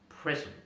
present